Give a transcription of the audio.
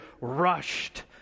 rushed